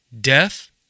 Death